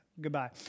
goodbye